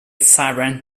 siren